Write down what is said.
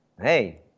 Hey